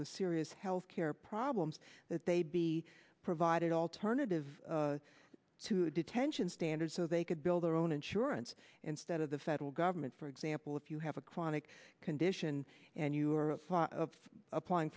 with serious health care problems that they'd be provided alternative to detention standards so they could build their own insurance instead of the federal government for example if you have a chronic condition and you are applying